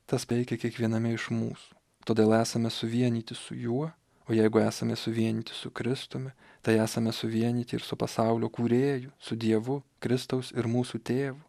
tas veikia kiekviename iš mūsų todėl esame suvienyti su juo o jeigu esame suvienyti su kristumi tai esame suvienyti ir su pasaulio kūrėju su dievu kristaus ir mūsų tėvu